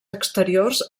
exteriors